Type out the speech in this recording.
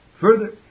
Further